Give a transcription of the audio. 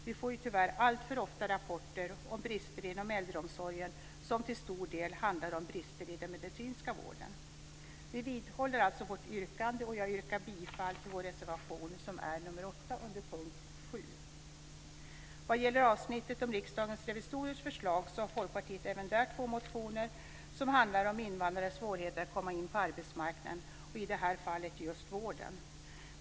Vi får tyvärr alltför ofta rapporter om brister inom äldreomsorgen som till stor del handlar om brister i den medicinska vården. Vi vidhåller alltså vårt yrkande. Jag yrkar bifall till vår reservation nr 8 under punkt 7. Vad gäller avsnittet om Riksdagens revisorers förslag har Folkpartiet även där två motioner som handlar om invandrares svårigheter att komma in på arbetsmarknaden, i det här fallet vården.